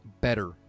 better